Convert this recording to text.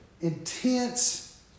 intense